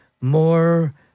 more